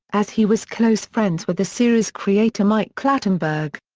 as he was close friends with the series' creator mike clattenburg.